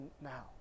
now